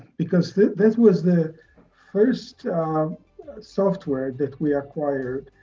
because this was the first software that we acquired,